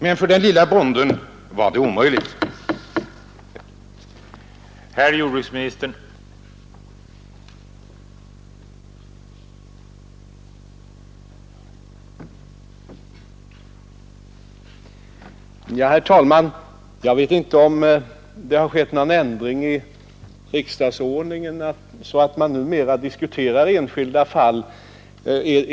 Men för småbrukaren var det omöjligt att få bygga.